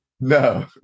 No